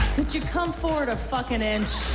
could you come forward a fucking inch?